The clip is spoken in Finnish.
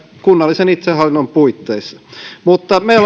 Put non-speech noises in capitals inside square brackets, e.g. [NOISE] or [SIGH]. kunnallisen itsehallinnon puitteissa mutta me [UNINTELLIGIBLE]